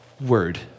word